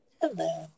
Hello